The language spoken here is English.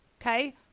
okay